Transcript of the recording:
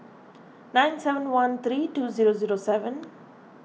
nine seven one three two zero zero seven